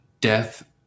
death